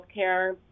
healthcare